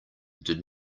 did